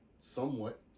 somewhat